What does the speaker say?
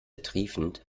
triefend